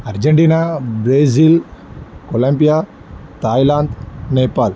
Argentina Brazil Colombia Thailand Nepal